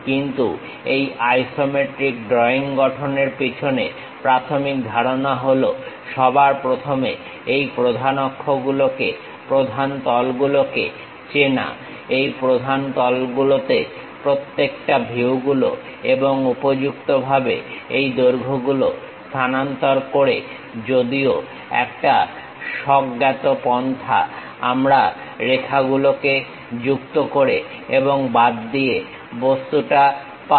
কিন্তু এই isometric drawing গঠনের পিছনে প্রাথমিক ধারণা হলো সবার প্রথমে এই প্রধান অক্ষগুলোকে প্রধান তলগুলোকে চেনা এই প্রধান তলগুলোতে প্রত্যেকটা ভিউগুলো থেকে উপযুক্তভাবে এই দৈর্ঘ্য গুলো স্থানান্তর করে যদিও একটা স্বজ্ঞাত পন্থা আমরা রেখাগুলো যুক্ত করে এবং বাদ দিয়ে বস্তুটা পাই